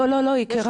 לא, לא, יקירה.